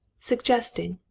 suggesting,